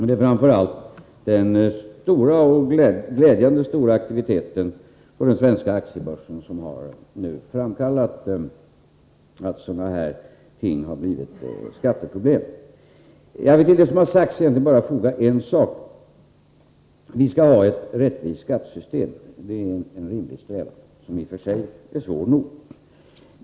Det är framför allt den glädjande stora aktiviteten på den svenska aktiebörsen som gjort att denna typ av skatteproblem har framkallats. Till det som har sagts vill jag egentligen bara foga en sak. Vi skall ha ett rättvist skattesystem. Det är en rimlig strävan, som i och för sig är svår nog.